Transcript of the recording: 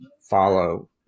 follow